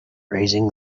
raising